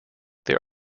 there